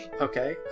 Okay